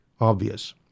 obvious